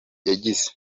yagize